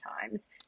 times